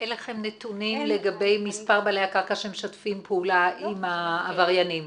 אין לכם נתונים לגבי מספר בעלי הקרקע שמשתפים פעולה עם העבריינים,